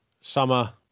Summer